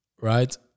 right